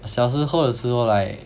小时候的时候 like